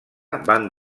van